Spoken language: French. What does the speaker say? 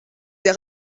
des